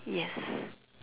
yes